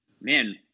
man